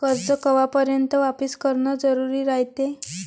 कर्ज कवापर्यंत वापिस करन जरुरी रायते?